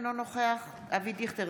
אינו נוכח אבי דיכטר,